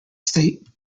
state